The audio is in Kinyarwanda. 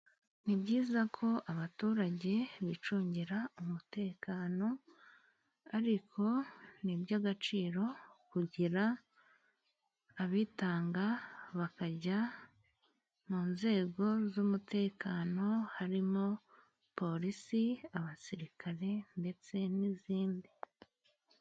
Ni byiza ko abaturage bicungira umutekano, ariko ni ibyo agaciro kugira abitanga bakajya mu nzego z'umutekano harimo polisi, abasirikare ndetse n'izindi.